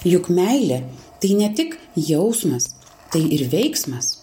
juk meilė tai ne tik jausmas tai ir veiksmas